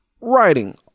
writing